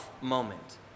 moment